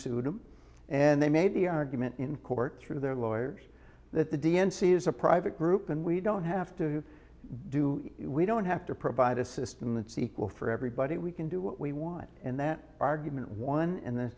sued him and they made the argument in court through their lawyers that the d n c is a private group and we don't have to do we don't have to provide a system that's equal for everybody we can do what we want and that argument won in th